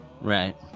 Right